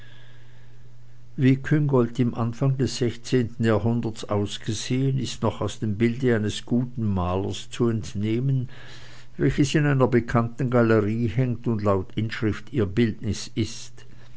wie küngolt im anfange des sechszehnten jahrhunderts ausgesehen ist noch aus dem bilde eines guten malers zu entnehmen welches in einer bekannten galerie hängt und laut inschrift ihr bildnis ist